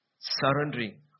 surrendering